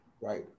Right